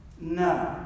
no